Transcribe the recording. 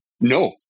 no